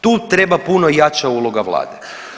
Tu treba puno jača uloga vlade.